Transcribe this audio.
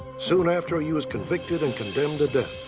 soon after, he was convicted and condemned to death.